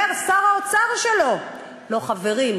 אומר שר האוצר שלו: לא, חברים.